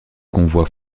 convois